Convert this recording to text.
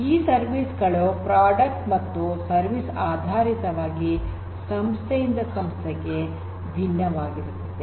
ಈ ಸರ್ವಿಸ್ ಗಳು ಪ್ರಾಡಕ್ಟ್ ಮತ್ತು ಸರ್ವಿಸ್ ಆಧಾರಿತವಾಗಿ ಸಂಸ್ಥೆಯಿಂದ ಸಂಸ್ಥೆಗೆ ಭಿನ್ನವಾಗಿರುತ್ತವೆ